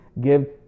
give